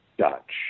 Dutch